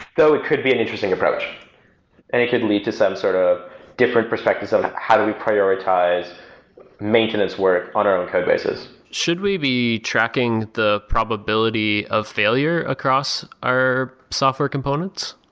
so it could be an interesting approach, and it could lead to some sort of different perspective of how do we prioritize maintenance work on our own code bases? should we be tracking the probability of failure across our software components?